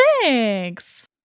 thanks